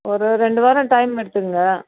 ஒரு ரெண்டு வாரம் டைம் எடுத்துக்குங்க